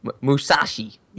Musashi